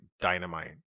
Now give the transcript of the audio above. dynamite